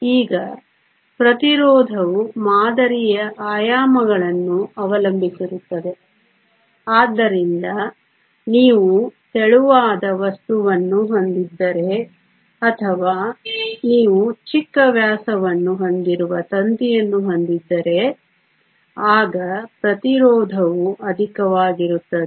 ಈಗ ಪ್ರತಿರೋಧವು ಮಾದರಿಯ ಆಯಾಮಗಳನ್ನು ಅವಲಂಬಿಸಿರುತ್ತದೆ ಆದ್ದರಿಂದ ನೀವು ತೆಳುವಾದ ವಸ್ತುವನ್ನು ಹೊಂದಿದ್ದರೆ ಅಥವಾ ನೀವು ಚಿಕ್ಕ ವ್ಯಾಸವನ್ನು ಹೊಂದಿರುವ ತಂತಿಯನ್ನು ಹೊಂದಿದ್ದರೆ ಆಗ ಪ್ರತಿರೋಧವು ಅಧಿಕವಾಗಿರುತ್ತದೆ